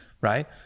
right